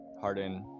Harden